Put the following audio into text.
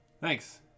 Thanks